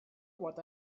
what